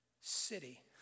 city